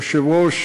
יושב-ראש